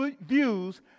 views